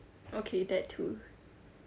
okay that too